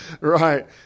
Right